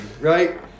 right